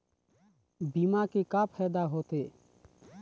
बीमा के का फायदा होते?